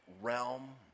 realm